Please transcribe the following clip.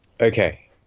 Okay